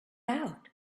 out